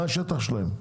מה השטח שלהם?